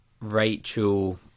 Rachel